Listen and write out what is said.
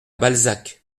balzac